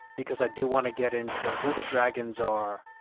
because i do want to get into who the dragons are,